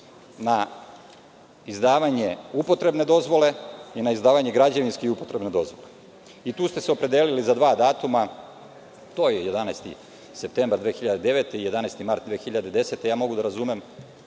na izdavanje upotrebne dozvole i na izdavanje građevinske i upotrebne dozvole. Tu ste se opredelili za dva datuma, a to je 11. septembar 2009. i 11. mart 2010. godine. Mogu da razumem